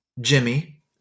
Jimmy